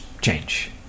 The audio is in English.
change